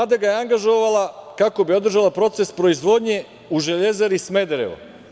Vlada ga je angažovala kako bi održala proces proizvodnje u „Železari Smederevo“